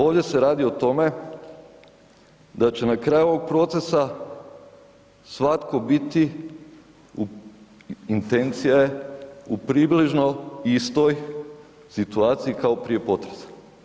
Ovdje se radi o tome da će na kraju ovog procesa svatko biti u, intencija je, u približno istoj situaciji kao prije potresa.